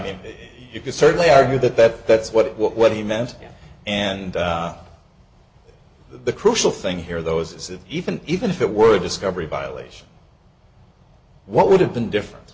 mean you could certainly argue that that that's what what he meant and the crucial thing here though is is that even even if it were a discovery violation what would have been different